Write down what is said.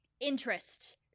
interest